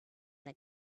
the